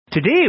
Today